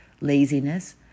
laziness